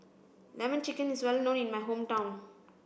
lemon chicken is well known in my hometown